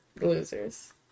losers